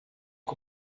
que